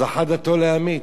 אז אחת דתו להמית.